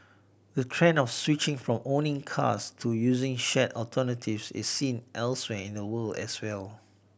the trend of switching from owning cars to using shared alternatives is seen elsewhere in the world as well